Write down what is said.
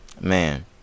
Man